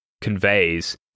conveys